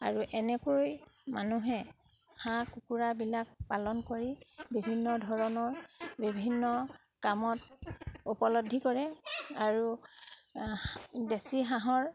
আৰু এনেকৈ মানুহে হাঁহ কুকুৰাবিলাক পালন কৰি বিভিন্ন ধৰণৰ বিভিন্ন কামত উপলব্ধি কৰে আৰু দেশী হাঁহৰ